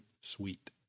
sweet